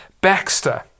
Baxter